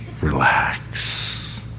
Relax